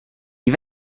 die